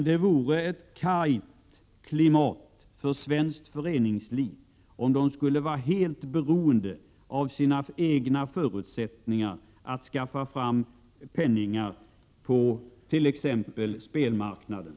Det vore ett kargt klimat för svenskt föreningsliv om föreningarna skulle vara helt beroende av sina egna förutsättningar att skaffa fram penningar på t.ex. spelmarknaden.